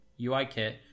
UIKit